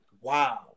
wow